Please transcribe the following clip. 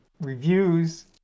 reviews